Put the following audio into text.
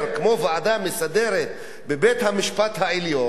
כמו ועדה מסדרת בבית-המשפט העליון,